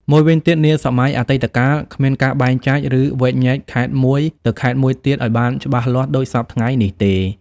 មួយវិញទៀតនាសម័យអតីតកាល គ្មានការបែងចែក ឬវែកញែកខេត្តមួយ ទៅខេត្តមួយទៀតឱ្យបានច្បាស់លាស់ដូចសព្វថ្ងៃនេះទេ ។